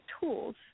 tools